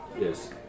Yes